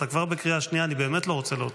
אתה כבר בקריאה השנייה, אני באמת לא רוצה להוציא.